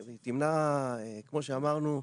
היא תמנע, כמו שאמרנו,